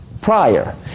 prior